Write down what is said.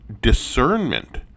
discernment